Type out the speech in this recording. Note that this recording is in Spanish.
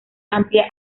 amplia